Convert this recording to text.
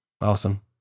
Awesome